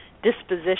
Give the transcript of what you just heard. disposition